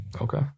okay